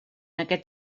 aquest